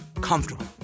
comfortable